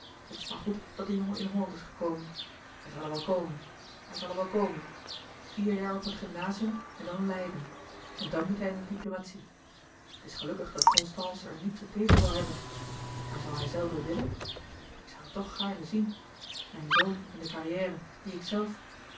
het is maar goed dat de jongen in holland is gekomen hij zal er wel komen hij zal er wel komen vier jaar op het gymnazium en dan leiden en dan moet hij in de diplomatie het is gelukkig dat constance er niets op tegen zal hebben maar zal hijzelve willen ik zoû het toch gaarne zien mijn zoon in de carrière die ikzelf